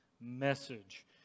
message